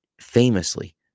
famously